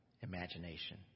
Imagination